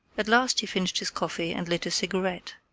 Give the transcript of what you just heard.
at last he finished his coffee and lit a cigarette.